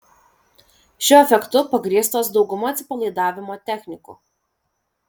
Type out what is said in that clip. šiuo efektu pagrįstos dauguma atsipalaidavimo technikų